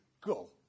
go